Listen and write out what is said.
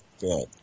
good